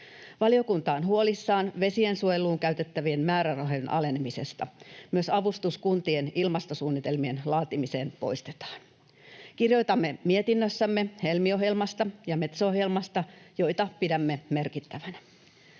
Valiokunta on huolissaan vesiensuojeluun käytettävien määrärahojen alenemisesta. Myös avustus kuntien ilmastosuunnitelmien laatimiseen poistetaan. Kirjoitamme mietinnössämme Helmi-ohjelmasta ja Metso-ohjelmasta, joita pidämme merkittävinä.